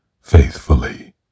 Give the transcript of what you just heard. faithfully